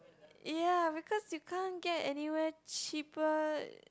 ya because you can't get anywhere cheaper